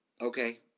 Okay